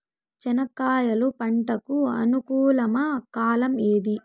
చెనక్కాయలు పంట కు అనుకూలమా కాలం ఏది?